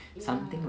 ya